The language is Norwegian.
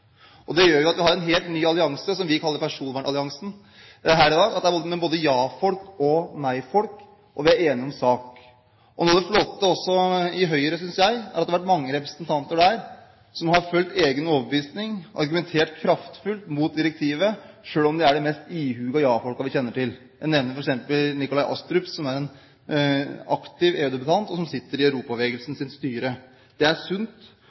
avsenderen. Det gjør at vi har en helt ny allianse her i dag som vi kaller personvernalliansen, med både ja-folk og nei-folk, og vi er enige om sak. Noe av det flotte i Høyre, synes jeg, er at det har vært mange representanter der som har fulgt egen overbevisning og argumentert kraftfullt imot direktivet selv om de er de mest ihuga ja-folkene vi kjenner til. Jeg nevner f.eks. Nikolai Astrup, som er en aktiv EU-debattant, og som sitter i Europabevegelsens styre. Det er sunt